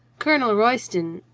colonel royston,